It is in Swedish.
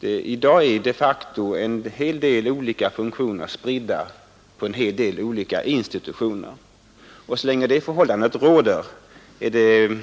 I dag är de facto en hel del olika funktioner spridda på skilda institutioner, och så länge det förhållandet råder tycker jag det är